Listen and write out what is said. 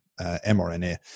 mRNA